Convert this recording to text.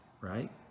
right